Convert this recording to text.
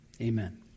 amen